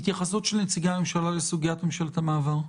התייחסות של נציגי הממשלה לסוגיית ממשלת המעבר,